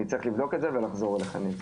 אני צריך לבדוק את זה ולחזור אליכם.